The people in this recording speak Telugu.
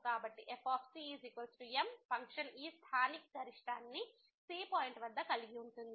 కాబట్టి fcM ఫంక్షన్ ఈ స్థానిక గరిష్టాన్ని c పాయింట్ వద్ద కలిగి ఉంటుంది